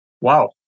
wow